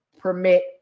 permit